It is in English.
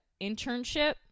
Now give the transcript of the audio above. internship